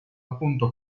appunto